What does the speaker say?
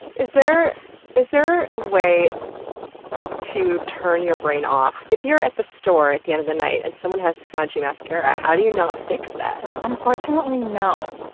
is there is there a way to turn your brain off? if you're at the store at the end of the night, and someone has smudgy mascara, how do you not fix that? unfortunately, no.